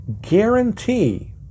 guarantee